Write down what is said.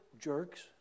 jerks